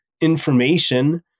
information